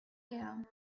year